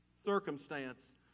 circumstance